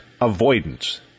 avoidance